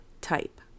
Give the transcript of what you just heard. type